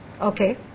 Okay